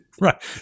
Right